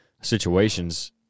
situations